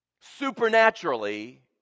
supernaturally